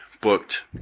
booked